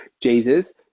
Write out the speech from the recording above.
Jesus